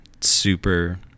super